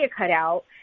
cutout